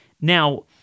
Now